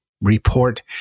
report